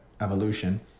evolution